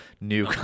new –